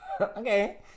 Okay